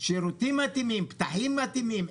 שירותים מתאימים, פתחים מתאימים?